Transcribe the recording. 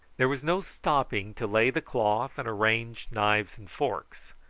there was no stopping to lay the cloth and arrange knives and forks.